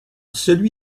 celui